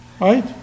right